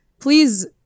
please